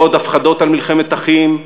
לא עוד הפחדות על מלחמת אחים,